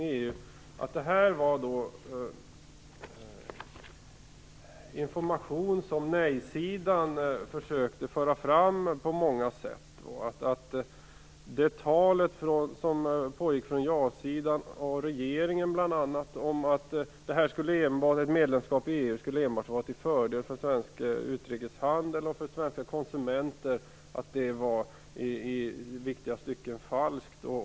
var detta information som nej-sidan försökte föra fram på många sätt. Det tal som pågick från ja-sidan och regeringen bl.a. om att ett medlemskap i EU enbart skulle vara till fördel för svensk utrikeshandel och för svenska konsumenter var i viktiga stycken falskt.